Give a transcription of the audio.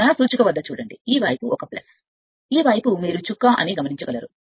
నా సూచిక వద్ద చూడండి ఈ వైపు ఒక ఈ వైపు మీరు చుక్క అని పిలుస్తారు